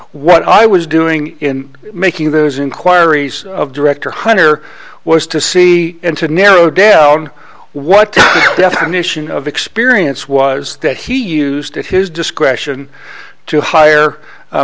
what i was doing in making those inquiries of director hunter was to see and to narrow down what definition of experience was that he used at his discretion to hire